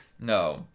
No